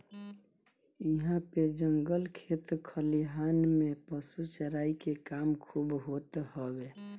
इहां पे जंगल खेत खलिहान में पशु चराई के काम खूब होत हवे